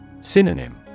Synonym